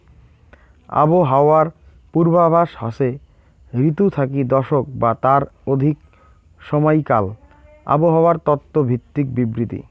আবহাওয়ার পূর্বাভাস হসে ঋতু থাকি দশক বা তার অধিক সমাইকাল আবহাওয়ার তত্ত্ব ভিত্তিক বিবৃতি